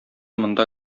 монда